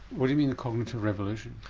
what do you mean the cognitive revolution?